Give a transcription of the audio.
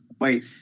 Wait